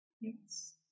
Yes